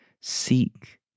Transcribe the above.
seek